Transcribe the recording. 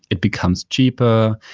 it becomes cheaper.